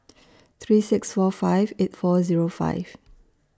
three six four five eight four Zero five